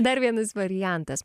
dar vienas variantas